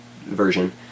version